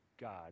God